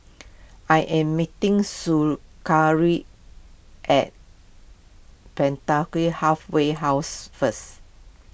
I am meeting Su curry at Penda Kueh Halfway House first